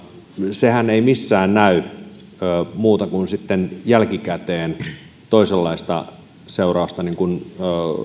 sehän ei missään näy muuta kuin sitten jälkikäteen toisenlaisina seurauksina niin kuin